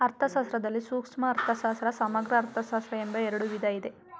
ಅರ್ಥಶಾಸ್ತ್ರದಲ್ಲಿ ಸೂಕ್ಷ್ಮ ಅರ್ಥಶಾಸ್ತ್ರ, ಸಮಗ್ರ ಅರ್ಥಶಾಸ್ತ್ರ ಎಂಬ ಎರಡು ವಿಧ ಇದೆ